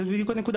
זאת בדיוק הנקודה,